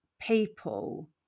people